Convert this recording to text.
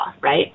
right